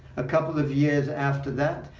a couple of years after that,